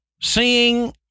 seeing